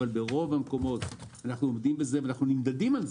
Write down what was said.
אבל ברוב המקומות אנחנו עומדים בזה ונמדדים על זה.